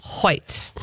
White